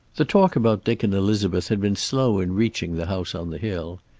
the talk about dick and elizabeth had been slow in reaching the house on the hill.